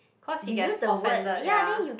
cause he gets offended ya